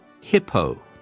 hippo